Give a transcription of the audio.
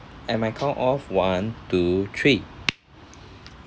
at my count of one two three